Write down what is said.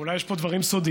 אולי יש פה דברים סודיים?